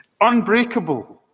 Unbreakable